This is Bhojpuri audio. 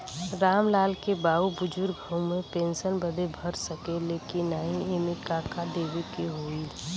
राम लाल के बाऊ बुजुर्ग ह ऊ पेंशन बदे भर सके ले की नाही एमे का का देवे के होई?